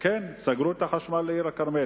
כן, סגרו את החשמל לעיר-הכרמל.